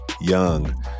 Young